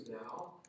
now